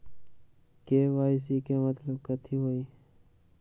KYC के मतलब कथी होई?